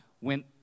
went